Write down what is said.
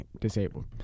disabled